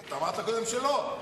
אתה אמרת קודם שלא.